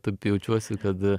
taip jaučiuosi kad